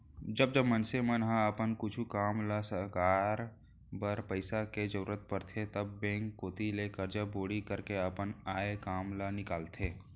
जब जब मनसे मन ल अपन कुछु काम ल सरकाय बर पइसा के जरुरत परथे तब बेंक कोती ले करजा बोड़ी करके अपन आय काम ल निकालथे